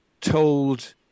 told